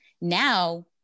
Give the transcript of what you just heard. now